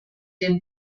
den